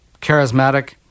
charismatic